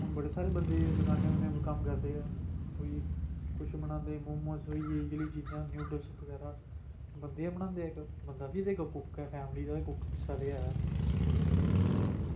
बड़े सारे बंदे दुकानें पर कम्म करदे कोई कुछ बनांदे मोमोज़ कोई इंग्लिश चीज़ां होंदियां नूडल्स बगैरा बंदे गै बनांदे बंदा बी कुक ऐ फैमिली दा इस्सै करियै